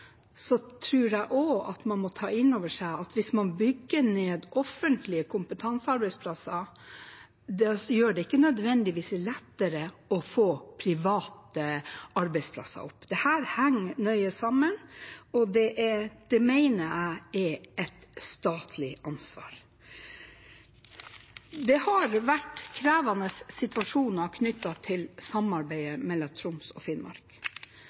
jeg at man også må ta innover seg at hvis man bygger ned offentlige kompetansearbeidsplasser, gjør ikke det det nødvendigvis lettere å få private arbeidsplasser. Dette henger nøye sammen, og det mener jeg er et statlig ansvar. Det har vært krevende situasjoner knyttet til samarbeidet mellom Troms og Finnmark